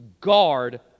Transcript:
guard